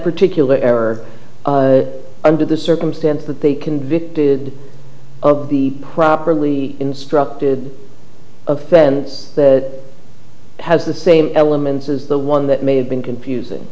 particular error under the circumstance that they convicted of the properly instructed of that has the same elements as the one that may have been confusing